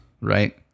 right